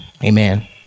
Amen